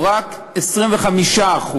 רק ב-0.25%,